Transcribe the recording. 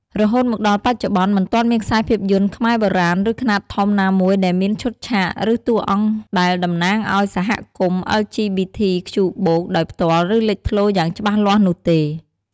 រហូតមកដល់បច្ចុប្បន្ន មិនទាន់មានខ្សែភាពយន្តខ្មែរបុរាណ ឬខ្នាតធំ ណាមួយដែលមានឈុតឆាក ឬតួអង្គដែលតំណាងឱ្យសហគមន៍ អិល ជី ប៊ី ធី ខ្ជូ បូក (LGBTQ+)ដោយផ្ទាល់ឬលេចធ្លោយ៉ាងច្បាស់លាស់នោះទេ។